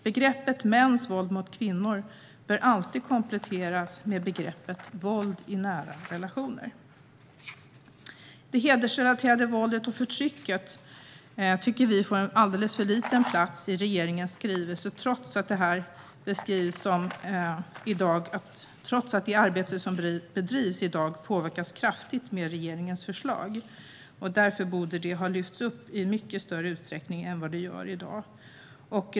Begreppet mäns våld mot kvinnor bör alltid kompletteras med begreppet "våld i nära relationer". Det hedersrelaterade våldet och förtrycket tycker vi får en alldeles för liten plats i regeringens skrivelse, trots att det arbete som bedrivs i dag påverkas kraftigt med regeringens förslag. Därför borde det ha lyfts upp i mycket större utsträckning än vad det gör i dag.